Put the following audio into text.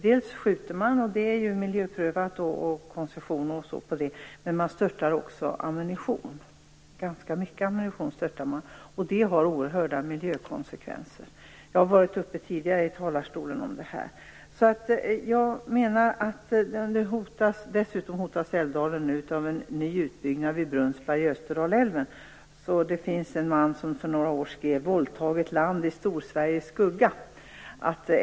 Dels skjuter man på skjutfältet - det är miljöprövat och har fått koncession - dels störtar man mycket ammunition, vilket har oerhörda miljökonsekvenser. Jag har tidigare varit uppe i talarstolen om detta. Dessutom hotas Älvdalen nu av en ny utbyggnad vid Brunnsberg i Österdalälven. Det finns en man som för några år sedan skrev om våldtaget land i Storsveriges skugga.